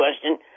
question